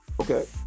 Okay